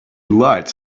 light